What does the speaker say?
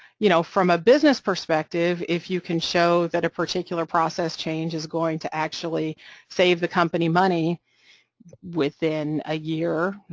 you know, from a business perspective, if you can show that a particular process change is going to actually save the company money within a year,